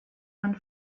man